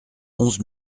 onze